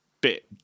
bit